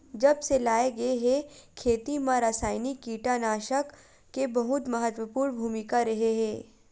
जब से लाए गए हे, खेती मा रासायनिक कीटनाशक के बहुत महत्वपूर्ण भूमिका रहे हे